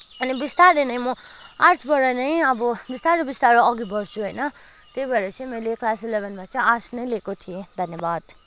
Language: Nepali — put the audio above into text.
अनि बिस्तारै नै म आर्टसबाट नै अब बिस्तारो बिस्तारो अघि बढ्छु होइन त्यही भएर चाहिँ मैले क्लास इलेभेनमा चाहिँ आर्टस नै लिएको थिएँ धन्यवाद